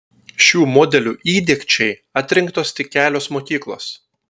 šių modelių įdiegčiai atrinktos tik kelios mokyklos